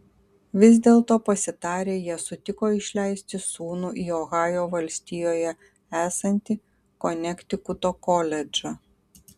vis dėlto pasitarę jie sutiko išleisti sūnų į ohajo valstijoje esantį konektikuto koledžą